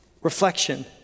Reflection